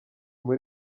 bamwe